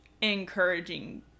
encouraging